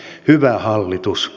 eli hyvä hallitus